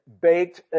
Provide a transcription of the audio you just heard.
baked